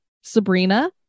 Sabrina